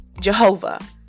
Jehovah